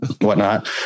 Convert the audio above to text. whatnot